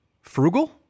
frugal